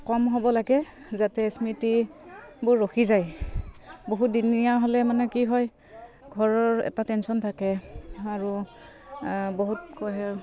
কম হ'ব লাগে যাতে স্মৃতিবোৰ ৰখি যায় বহুতদিনীয়া হ'লে মানে কি হয় ঘৰৰ এটা টেনচন থাকে আৰু বহুত কৈ